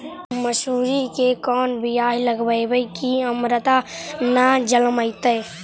मसुरी के कोन बियाह लगइबै की अमरता न जलमतइ?